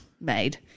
made